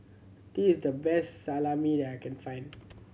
this is the best Salami that I can find